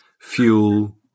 fuel